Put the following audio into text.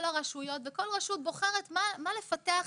הרשויות וכל רשות בוחרת מה לפתח אצלה.